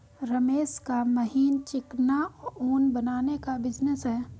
रमेश का महीन चिकना ऊन बनाने का बिजनेस है